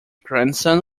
grandson